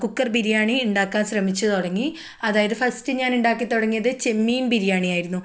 cooker biryani ഉണ്ടാക്കാൻ ശ്രമിച്ചു തുടങ്ങി അതായത് ഫസ്റ്റ് ഞാൻ ഉണ്ടാക്കി തുടങ്ങിയത് ചെമ്മീൻ ബിരിയാണി ആയിരുന്നു